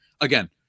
Again